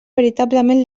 veritablement